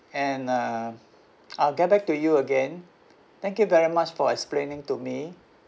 and uh I'll get back to you again thank you very much for explaining to me